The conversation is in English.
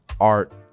art